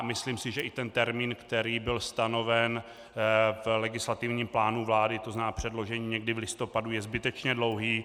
Myslím si, že i ten termín, který byl stanoven v legislativním plánu vlády, to znamená předložení někdy v listopadu, je zbytečně dlouhý.